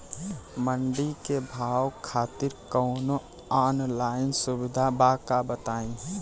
मंडी के भाव खातिर कवनो ऑनलाइन सुविधा बा का बताई?